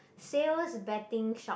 sales betting shop